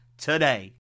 today